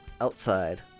outside